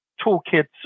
toolkit's